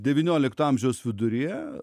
devyniolikto amžiaus viduryje